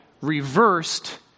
reversed